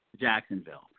Jacksonville